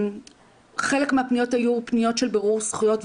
חלק מהפניות היו פניות של בירור זכויות,